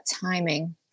timing